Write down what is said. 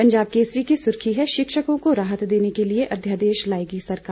पंजाब केसरी की सुर्खी है शिक्षकों को राहत देने के लिये अध्यादेश लाएगी सरकार